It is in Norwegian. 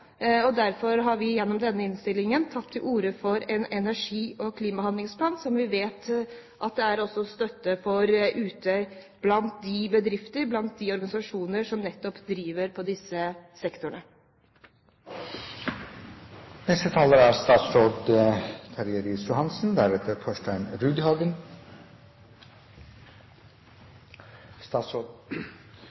Derfor har vi gjennom denne innstillingen tatt til orde for en energi- og klimahandlingsplan, som vi vet at det også er støtte for ute blant de bedrifter og de organisasjoner som nettopp driver innen disse sektorene. Begynnelsen på innlegget bør virke kjent for denne forsamling! For regjeringen er